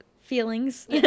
feelings